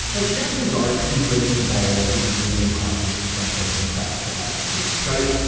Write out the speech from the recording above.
ah chances are you've been involved in a video conference at some point in the past, perhaps it's in skype,